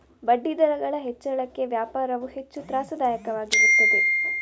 ಬಡ್ಡಿದರಗಳ ಹೆಚ್ಚಳಕ್ಕೆ ವ್ಯಾಪಾರವು ಹೆಚ್ಚು ತ್ರಾಸದಾಯಕವಾಗಿರುತ್ತದೆ